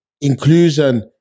inclusion